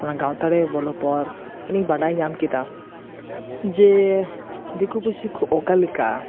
ᱚᱱᱟ ᱜᱟᱶᱛᱟ ᱨᱮ ᱵᱚᱞᱚ ᱯᱚᱨ ᱤᱧᱤᱧ ᱵᱟᱰᱟᱭ ᱧᱟᱢ ᱠᱮᱫᱟ ᱡᱮ ᱫᱤᱠᱩ ᱯᱩᱥᱤ ᱠᱚ ᱚᱠᱟ ᱞᱮᱠᱟ